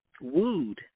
wooed